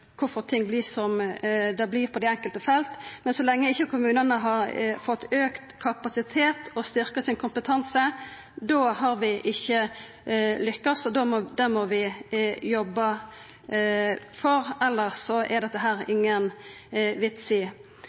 ting vert som dei vert på dei enkelte felta, men så lenge kommunane ikkje har fått auka kapasitet og styrkt sin kompetanse, har vi ikkje lukkast, og det må vi jobba for, elles er dette her ingen